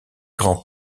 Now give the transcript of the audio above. grands